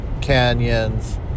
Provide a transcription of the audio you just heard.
canyons